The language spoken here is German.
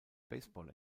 baseball